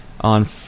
on